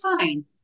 fine